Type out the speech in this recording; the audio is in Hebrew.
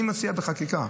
אני מציע בחקיקה,